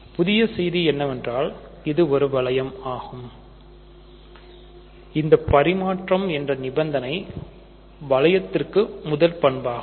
புதிய செய்தி என்னவென்றால் இது ஒரு வளையம் ஆகும் இந்த பரிமாற்றம் என்ற நிபந்தனை வளையத்திற்கு முதல் பண்பாகும்